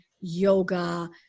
yoga